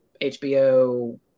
HBO